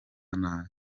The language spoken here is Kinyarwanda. nabi